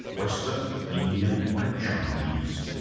western, indian, and chinese.